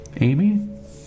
Amy